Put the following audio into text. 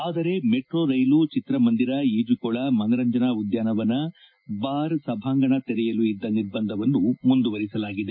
ಆದರೆ ಮೆಟ್ತೋ ರೈಲು ಚಿತ್ರಮಂದಿರ ಈಜುಕೊಳ ಮನರಂಜನಾ ಉದ್ಯಾನವನ ಬಾರ್ ಸಭಾಂಗಣ ತೆರೆಯಲು ಇದ್ದ ನಿರ್ಬಂಧವನ್ನು ಮುಂದುವರಿಸಲಾಗಿದೆ